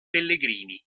pellegrini